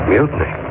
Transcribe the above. Mutiny